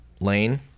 lane